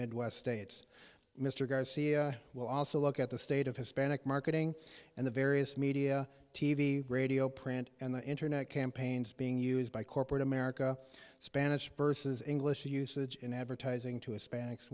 midwest states mr garcia will also look at the state of hispanic marketing and the various media t v radio print and the internet campaigns being used by corporate america spanish versus english usage in advertising to hispanics